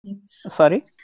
Sorry